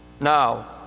now